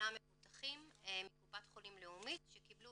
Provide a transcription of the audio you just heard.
מבוטחים מקופת חולים לאומית שקיבלו